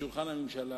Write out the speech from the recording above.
שבשולחן הממשלה